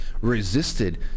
resisted